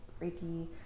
reiki